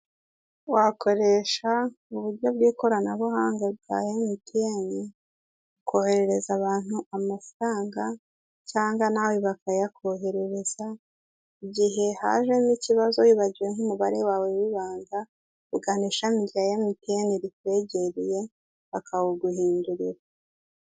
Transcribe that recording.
Wakoresha uburyo bw' ikoranabuhanga bwa MTN ukoherereza abantu amafaranga cyangwa nawe bakayakoherereza, igihe hajemo ikibazo wibagiwe nk' umubare wawe w' ibanga ugana ishami rya MTN rikwegereye bakawuguhindurira.